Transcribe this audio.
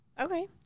okay